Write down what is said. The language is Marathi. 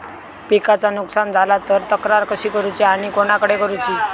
पिकाचा नुकसान झाला तर तक्रार कशी करूची आणि कोणाकडे करुची?